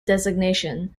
designation